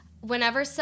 whenever